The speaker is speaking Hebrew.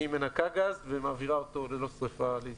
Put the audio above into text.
היא מנקה גז ומעבירה אותו ללא שריפה לישראל,